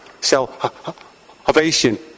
Salvation